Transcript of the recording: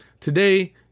Today